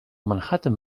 manhattan